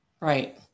right